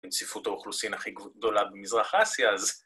‫בצפיפות האוכלוסין ‫הכי גדולה במזרח אסיה, אז...